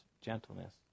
gentleness